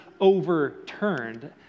overturned